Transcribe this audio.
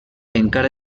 encara